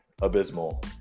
abysmal